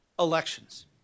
elections